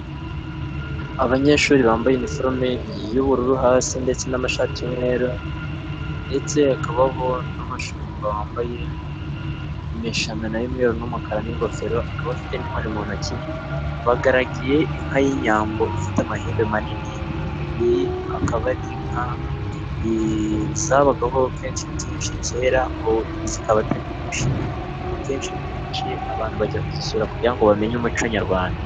Abanyeshuri bambaye iniforome y'ubururu, hasi ndetse n'amashati y'umweru ndetse hakabaho n'umushumba wambaye imishanana y'umweru, n'umukara n'ingofero akaba afite n'inkoni mu ntoki, bagaragiye inka y'inyambo ifite amahembe manini, iyi akaba ari inka, zabagaho kenshi na kenshi kera zikaba atari nyinshi, akenshi na kenshi abantu bajya kuzisura kugira ngo bamenye umuco nyarwanda.